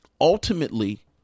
ultimately